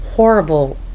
horrible